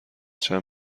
چند